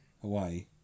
Hawaii